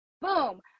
boom